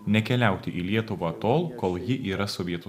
nekeliauti į lietuvą tol kol ji yra sovietų